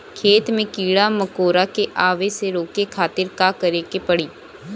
खेत मे कीड़ा मकोरा के आवे से रोके खातिर का करे के पड़ी?